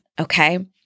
okay